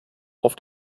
auf